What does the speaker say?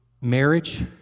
marriage